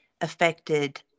affected